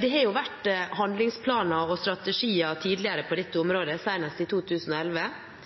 Det har vært handlingsplaner og strategier tidligere på dette området, senest i 2011.